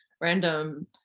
random